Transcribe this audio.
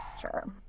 Sure